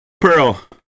Pearl